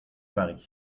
marient